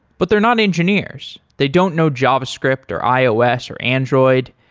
but they're not engineers. they don't know javascript or ios or android,